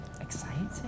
Exciting